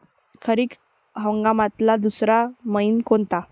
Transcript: खरीप हंगामातला दुसरा मइना कोनता?